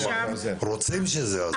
רוצים שזה יעזור.